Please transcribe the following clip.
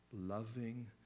loving